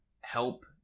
help